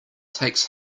takes